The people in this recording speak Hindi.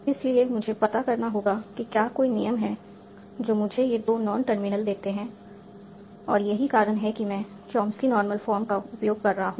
इसलिए मुझे पता करना होगा कि क्या कोई नियम है जो मुझे ये दो नॉन टर्मिनल देते हैं और यही कारण है कि मैं चॉम्स्की नॉर्मल फॉर्म का उपयोग कर रहा हूं